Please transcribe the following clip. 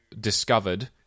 discovered